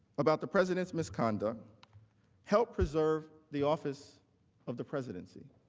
about the presidents misconduct help preserve the office of the presidency?